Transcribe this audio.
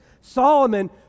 Solomon